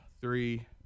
three